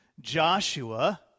Joshua